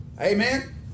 Amen